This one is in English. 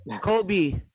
Kobe